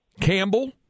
Campbell